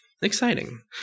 Exciting